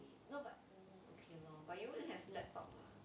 no but mm okay lor but you won't have laptop 吗